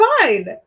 fine